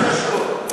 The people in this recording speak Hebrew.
מה קשור?